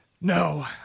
No